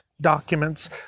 documents